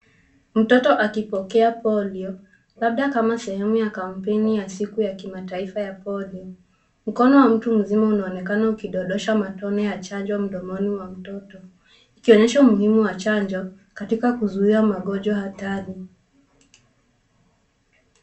Mtoto akipokea polio labda kama sehemu ya kampeni ya siku ya kimataifa ya polio. Mkono wa mtu mzima unaonekana ukidondosha matone ya chanjo mdomoni mwa mtoto ikionyesha umuhimu wa chanjo katika kuzuia magonjwa hatari.